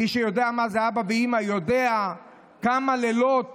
מי שיודע מה זה אבא ואימא יודע כמה לילות